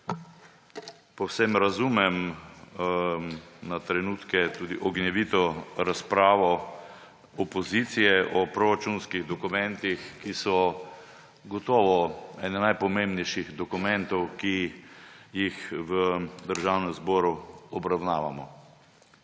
Povsem razumem na trenutke tudi ognjevito razpravo opozicije o proračunskih dokumentih, ki so gotovo ene najpomembnejših dokumentov, ki jih v Državnem zboru obravnavamo.